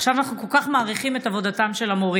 עכשיו אנחנו כל כך מעריכים את עבודתם של המורים.